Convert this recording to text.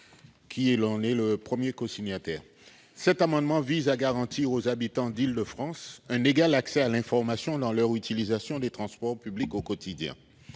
au nom de mon collègue Léonhardt, vise à garantir aux habitants d'Île-de-France un égal accès à l'information dans leur utilisation des transports publics au quotidien.